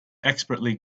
expertly